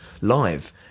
live